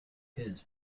his